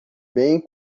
bem